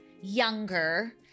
younger